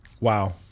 wow